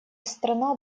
страна